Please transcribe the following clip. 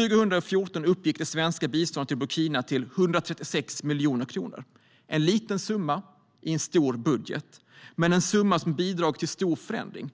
År 2014 uppgick det svenska biståndet till Burkina till 136 miljoner. Det är en liten summa i en stor budget, men det är en summa som bidragit till stora förändringar.